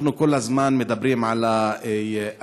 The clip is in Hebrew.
אנחנו כל הזמן מדברים על האלימות